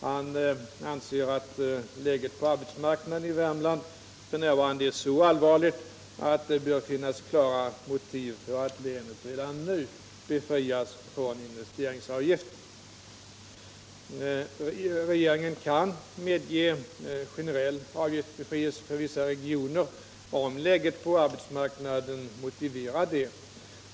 Han anser att läget på arbetsmarknaden i Värmland f. n. är så allvarligt, att det bör finnas klara motiv för att länet redan nu befrias från investeringsavgiften. Regeringen kan medge generell avgiftsbefrielse för vissa regioner, om läget på arbetsmarknaden motiverar det.